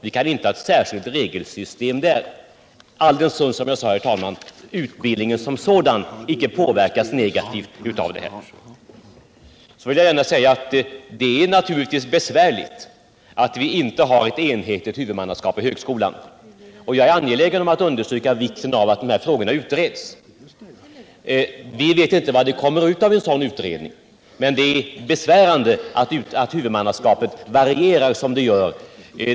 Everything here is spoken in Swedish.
Vi kan icke ha ett särskilt regelsystem där alldenstund, som jag sade, utbildningen som sådan icke påverkas negativt av utskottets förslag. Det är naturligtvis besvärligt att vi inte har ett enhetligt huvudmannaskap för högskolan. Jag är angelägen att understryka vikten av att dessa frågor utreds. Vi vet inte vad som kommer ut av en sådan utredning, men det är besvärande att huvudmannaskapet varierar som det gör.